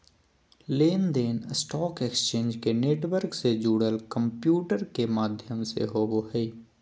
लेन देन stock exchange के network से जुड़ल कंम्प्यूटर के माध्यम से होबो हइ